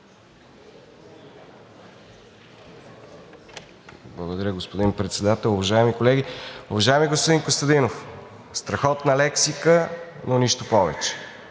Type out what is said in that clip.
Благодаря, господин Председател. Уважаеми колеги! Уважаеми господин Костадинов, страхотна лексика, но нищо повече.